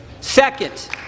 Second